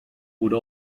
would